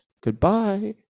Goodbye